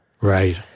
Right